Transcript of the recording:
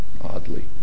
oddly